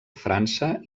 frança